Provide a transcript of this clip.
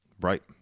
Right